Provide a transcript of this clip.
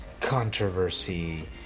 controversy